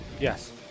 Yes